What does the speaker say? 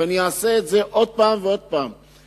ואני אעשה את זה עוד פעם ועוד פעם,